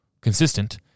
Consistent